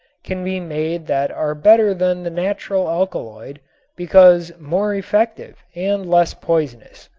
can be made that are better than the natural alkaloid because more effective and less poisonous.